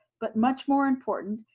but, much more important,